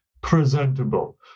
presentable